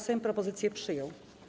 Sejm propozycję przyjął.